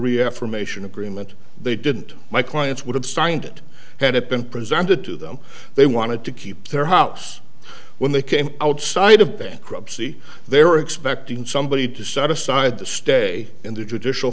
reaffirmation agreement they didn't my clients would have signed it had it been presented to them they wanted to keep their house when they came outside of bankruptcy they're expecting somebody to set aside the stay in the judicial